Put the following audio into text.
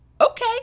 okay